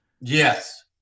Yes